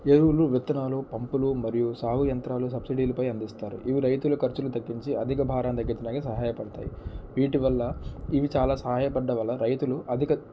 ఎరువులు విత్తనాలు పంపులు మరియు సాగు యంత్రాలు సబ్సీడీలపై అందిస్తారు ఇవి రైతుల ఖర్చులు తగ్గించి అధిక భారాన్ని తగ్గించడానికి సహాయపడుతాయి వీటివల్ల ఇవి చాలా సహాయపడం వల్ల రైతులు అధిక